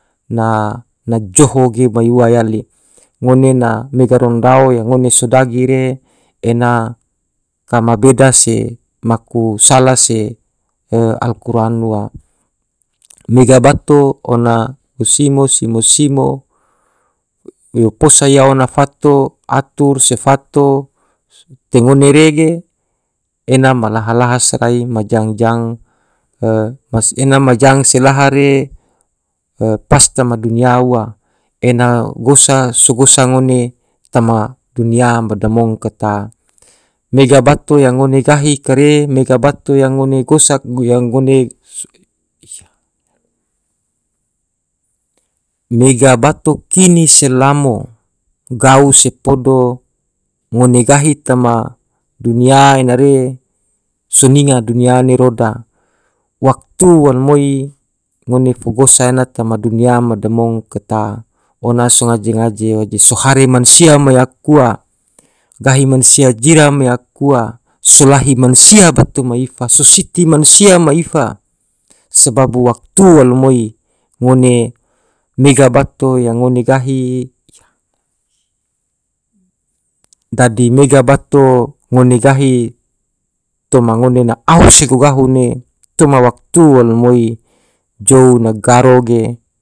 Na, na joho ge mai ua yali, ngone na mega rongdao yang ngone so dagi re ena kama beda se maku sala se e al quran ua mega bato ona gosimo simo-simo yo posa ia ona fato atur se fato te ngone re ge ena ma laha-laha sorai ma jang-jang, ena ma jang se laha re pas toma dunia ua, ena gosa so gosa ngone tama dunia ma damong ka ta, mega bato yang ngone gahi kare, mega bato yang ngone gosa mega bato kini se lamo, gau se podo, ngone gahi tama dunia ena re, soninga dunia ne roda, waktu almoi ngone fo gosa ena tama dunia ma damong ka ta, ona songaje-ngaje waje so hare mansia me aku ua gahi mansia me aku ua, so lahi mansia bato mai ifa, so siti mansia mai ifa, sobabu waktu almoi ngone mega bato yang ngone gahi dadi mega bato ngone gahi toma ngone na ahu se gogahu ne toma waktu almoi jou na garo ge.